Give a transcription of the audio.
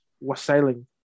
wassailing